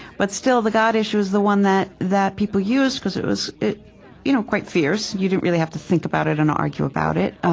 but still, the god issue's the one that that people use, because it was you know quite fierce. you didn't really have to think about it and argue about it.